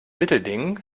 mittelding